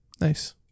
nice